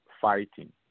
fighting